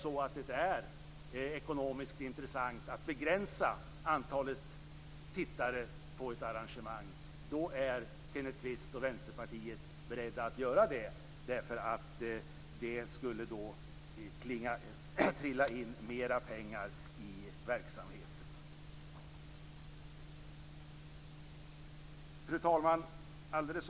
Om det är ekonomiskt intressant att begränsa antalet tittare för ett arrangemang är Kenneth Kvist och Vänsterpartiet beredda att göra det eftersom det då skulle trilla in mer pengar i verksamheten. Fru talman!